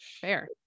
fair